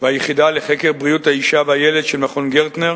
והיחידה לחקר בריאות האשה והילד של מכון גרטנר